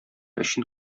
өчен